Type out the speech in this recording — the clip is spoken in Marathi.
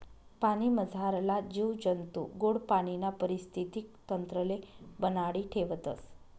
पाणीमझारला जीव जंतू गोड पाणीना परिस्थितीक तंत्रले बनाडी ठेवतस